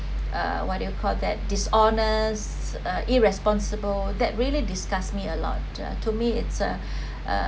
uh what do you call that dishonest uh irresponsible that really disgusts me a lot to me it’s err